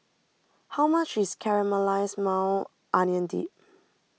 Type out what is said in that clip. how much is Caramelized Maui Onion Dip